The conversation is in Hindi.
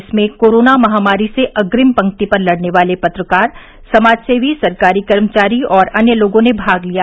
इसमें कोरोना महामारी से अग्रिम पंक्ति पर लड़ने वाले पत्रकार समाजसेवी सरकारी कर्मचारी व अन्य लोगों ने भाग लिया